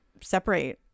separate